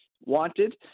wanted